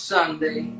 Sunday